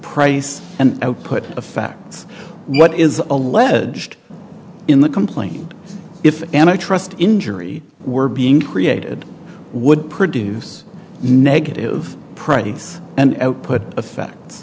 price and output of facts what is alleged in the complaint if and i trust injury were being created would produce negative price and output effect